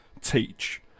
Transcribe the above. teach